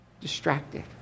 distracted